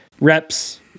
reps